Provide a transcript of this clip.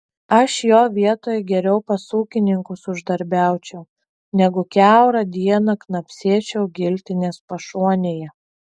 aš jo vietoj geriau pas ūkininkus uždarbiaučiau negu kiaurą dieną knapsėčiau giltinės pašonėje